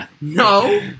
No